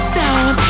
down